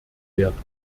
werden